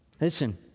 Listen